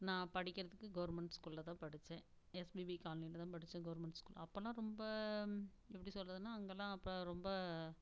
நான் படிக்கிறதுக்கு கவுர்மெண்ட் ஸ்கூலில் தான் படித்தேன் எஸ்பிபி காலனியில் தான் படித்தேன் கவுர்மெண்ட் ஸ்கூல் அப்போன்னா ரொம்ப எப்படி சொல்கிறதுனா அங்கேல்லாம் அப்போ ரொம்ப